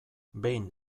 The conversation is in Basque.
behin